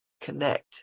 connect